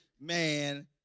Man